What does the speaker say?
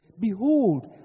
Behold